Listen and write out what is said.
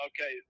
okay